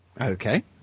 Okay